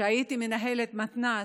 כשהייתי מנהלת מתנ"ס,